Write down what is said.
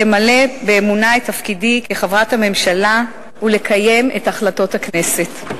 למלא באמונה את תפקידי כחברת הממשלה ולקיים את החלטות הכנסת.